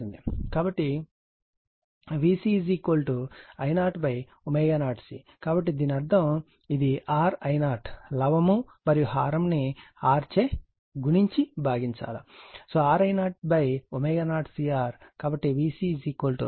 కాబట్టి VCI0ω0C కాబట్టి దీని అర్థం ఇది R I0 లవము మరియు హారము ను R చే గుణించి భాగించండి RI0 ω0CR కాబట్టి VC Q V